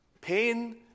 pain